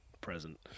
present